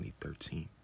2013